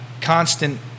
constant